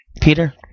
Peter